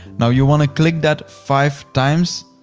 now, you wanna click that five times.